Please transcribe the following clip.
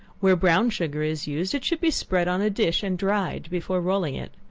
where brown sugar is used, it should be spread on a dish and dried before rolling it.